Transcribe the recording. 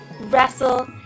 wrestle